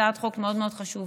הצעת החוק מאוד מאוד חשובה,